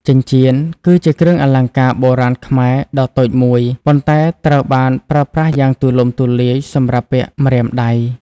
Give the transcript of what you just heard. ចិញ្ចៀន គឺជាគ្រឿងអលង្ការបុរាណខ្មែរដ៏តូចមួយ ប៉ុន្តែត្រូវបានប្រើប្រាស់យ៉ាងទូលំទូលាយសម្រាប់ពាក់ ម្រាមដៃ។